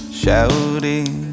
shouting